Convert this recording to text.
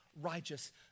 righteous